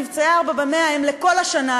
מבצעי ארבעה ב-100 הם לכל השנה,